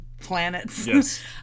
planets